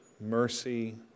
mercy